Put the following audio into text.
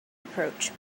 approach